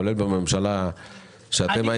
כולל בממשלה בה אתם הייתם.